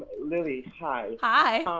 lilly hi. hi.